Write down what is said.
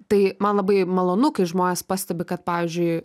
tai man labai malonu kai žmonės pastebi kad pavyzdžiui